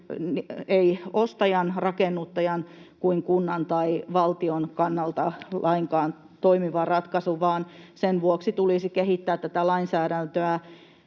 ole ostajan, rakennuttajan eikä kunnan tai valtion kannalta lainkaan toimiva ratkaisu. Sen vuoksi tulisi kehittää tätä lainsäädäntöä